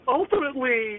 ultimately